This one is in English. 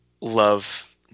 love